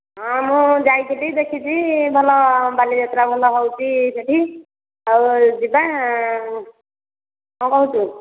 ହଁ ମୁଁ ଯାଇଥିଲି ଦେଖିଛି ଭଲ ବାଲିଯାତ୍ରା ଭଲ ହେଉଛି ସେଇଠି ଆଉ ଯିବା କ'ଣ କହୁଛୁ